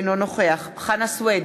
אינו נוכח חנא סוייד,